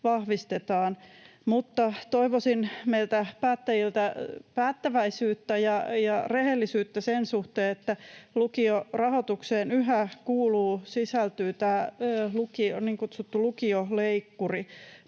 vahvistetaan, mutta toivoisin meiltä päättäjiltä päättäväisyyttä ja rehellisyyttä sen suhteen, että lukiorahoitukseen yhä sisältyy tämä niin kutsuttu lukioleikkuri.